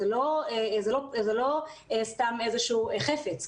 זה לא סתם חפץ,